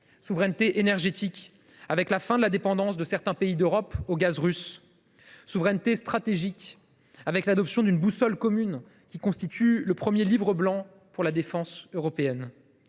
souveraineté énergétique, avec la fin de la dépendance de certains pays d’Europe au gaz russe ; souveraineté stratégique, enfin, avec l’adoption de la boussole commune que constitue le premier Livre blanc de la défense européenne.